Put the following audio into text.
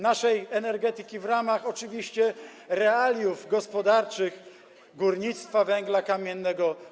naszej energetyki w ramach oczywiście realiów gospodarczych górnictwa węgla kamiennego.